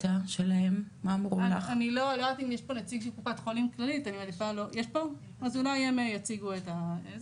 אם יש פה נציג של קופת חולים כללית אולי הם יציגו את עמדתם.